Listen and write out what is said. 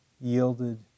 yielded